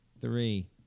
three